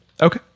Okay